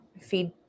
feed